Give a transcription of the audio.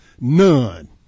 None